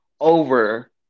over